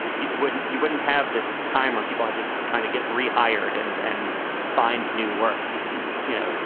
you wouldn't you wouldn't have this time or people had to kind of get rehired and and find new work. you could just, you know,